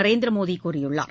நரேந்திரமோடிகூறியுள்ளார்